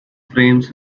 frames